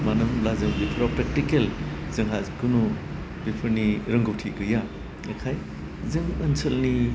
मानो होमब्ला जों बेफोराव प्रेक्टिकेल जोंहा खुनु बिफोरनि रोंगौथि गैया बेखायनो जों ओनसोलनि